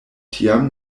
tiam